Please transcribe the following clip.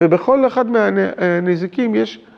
ובכל אחד מהנזיקים יש...